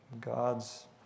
God's